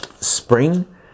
Spring